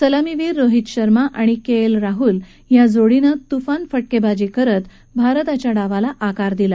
सलामीवीर रोहित शर्मा आणि K L Rahul या जोडीनं तुफान फटकेबाजी करत भारताच्या डावाला आकार दिला